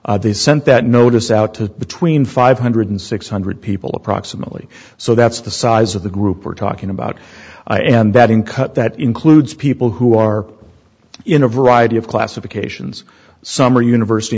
them they sent that notice out to between five hundred and six hundred people approximately so that's the size of the group we're talking about embedding cut that includes people who are in a variety of classifications some are university